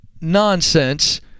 nonsense